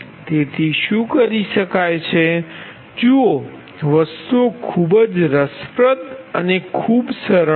તેથી શું કરી શકાય છે જુઓ વસ્તુઓ ખૂબ જ રસપ્રદ અને ખૂબ સરળ છે